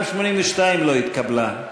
גם 82 לא התקבלה.